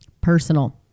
Personal